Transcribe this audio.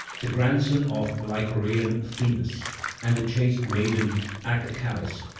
the grandson of lycoreian phoebus and the chaste maiden acacallis,